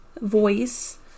voice